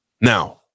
Now